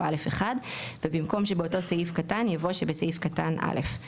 (א1)" ובמקום "שבאותו סעיף קטן" יבוא "שבסעיף קטן (א)";